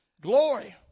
Glory